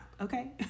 okay